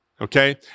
okay